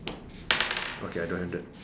okay I don't have that